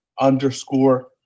underscore